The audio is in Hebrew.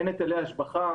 אין היטלי השבחה.